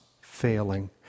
failing